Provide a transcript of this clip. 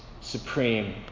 supreme